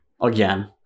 again